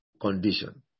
condition